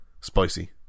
spicy